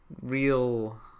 real